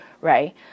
right